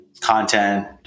content